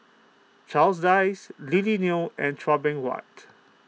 Charles Dyce Lily Neo and Chua Beng Huat